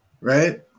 right